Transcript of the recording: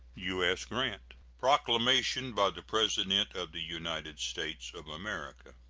u s. grant. proclamation. by the president of the united states of america.